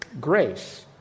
grace